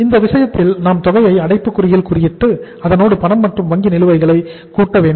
இந்த விஷயத்தில் நாம் தொகையை அடைப்புக் குறியில் குறிப்பிட்டு அதனோடு பணம் மற்றும் வங்கி நிலுவை தொகைகளை கூட்டவேண்டும்